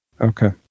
okay